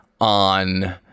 on